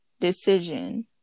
decision